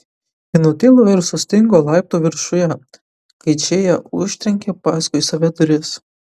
ji nutilo ir sustingo laiptų viršuje kai džėja užtrenkė paskui save duris